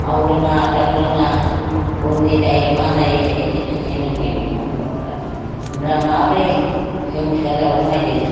मावनो रोङा दांनो रोङा गुन्दि जायो मा जायोसो बिदि होनखायोमोन जोंनिया बिमा बिफाफ्रा ओमफ्राय माबोरै सोंसार जाबावनाय जोङो